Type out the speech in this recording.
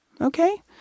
okay